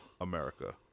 America